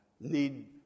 need